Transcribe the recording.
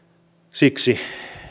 siksi